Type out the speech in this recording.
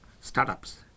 startups